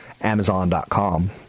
Amazon.com